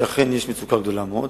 שאכן יש מצוקה גדולה מאוד.